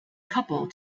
couple